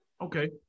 Okay